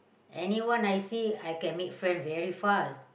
anyone I see I can make friend very fast